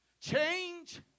Change